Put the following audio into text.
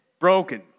broken